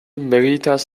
meritas